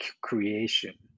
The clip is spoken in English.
creation